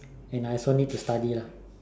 and I also need to study lah